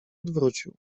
odwrócił